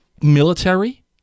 military